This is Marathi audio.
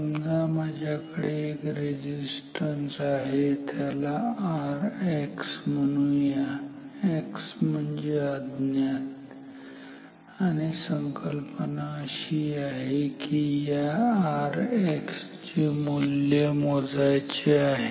समजा माझ्याकडे एक रेझिस्टन्स आहे त्याला Rx म्हणूया x म्हणजे अज्ञात आणि संकल्पना अशी आहे की या Rx चे मूल्य मोजायचे आहे